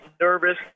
nervous